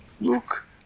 look